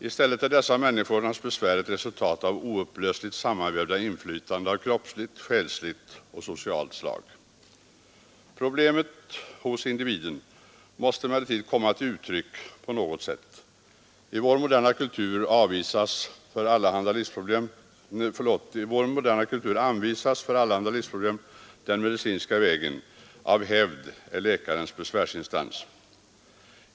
I stället är dessa människors besvär ett resultat av oupplösligt sammanvävda inflytanden av kroppsligt, själsligt och socialt slag. Problemet hos individen måste emellertid komma till uttryck på något sätt. I vår moderna kultur anvisas för allehanda livsproblem den medicinska vägen; av hävd är läkaren besvärsinstansen.